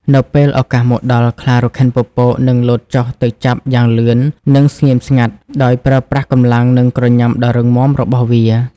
នៅពេលឱកាសមកដល់ ខ្លារខិនពពកនឹង លោតចុះទៅចាប់សត្វយ៉ាងលឿន និងស្ងៀមស្ងាត់ ដោយប្រើប្រាស់កម្លាំង និងក្រញាំដ៏រឹងមាំរបស់វា។